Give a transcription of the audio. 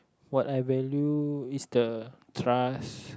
what I value is the trust